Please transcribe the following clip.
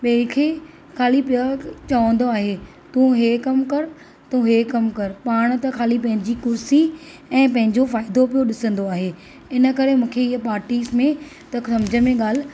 ॿिए खे ख़ाली पियो चवंदो आहे तू इहो कमु कर तू इहो कम कर पाण त ख़ाली पंहिंजी कुर्सी ऐं पंहिंजो फ़ाइदो पियो ॾिसंदो आहे इन करे मूंखे इहे पार्टीज़ में त सम्झ में ॻाल्हि